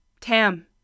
Tam